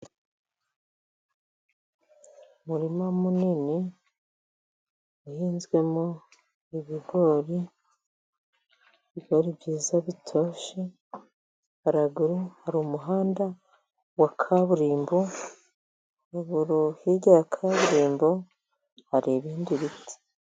Umurima munini uhinzwemo ibigori, ibigori byiza bitoshye. Haraguru hari umuhanda wa kaburimbo, ruguru hirya ya kaburimbo, hari ibindi biti.